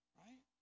right